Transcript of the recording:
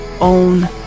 own